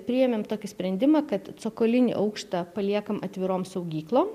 priėmėm tokį sprendimą kad cokolinį aukštą paliekam atvirom saugyklom